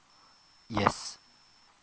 yes